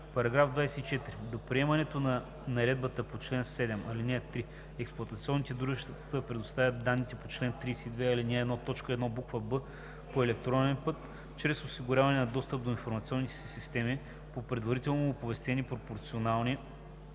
т. 2. § 24. До приемането на наредбата по чл. 7, ал. 3 експлоатационните дружества предоставят данните по чл. 32, ал. 1, т. 1, буква „б“ по електронен път чрез осигуряване на достъп до информационните си системи, по предварително оповестени пропорционални,